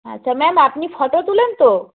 আচ্ছা ম্যাম আপনি ফটো তোলেন তো